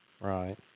Right